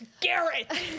Garrett